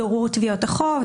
ברור תביעות החוב,